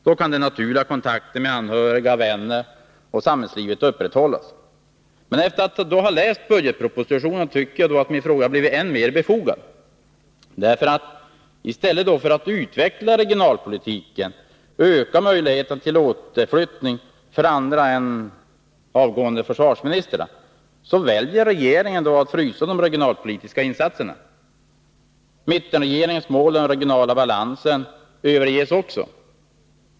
Då kan de naturliga kontakterna med anhöriga, vänner och samhällsliv upprätthållas. Men efter att ha läst budgetpropositionen tycker jag att min fråga har blivit än mer befogad. I stället för att utveckla regionalpolitiken och öka möjligheterna till återflyttning för andra än avgående försvarsministrar, väljer regeringen att frysa de regionalpolitiska insatserna. Mittenregeringens mål om regional balans överges också.